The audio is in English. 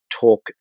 talk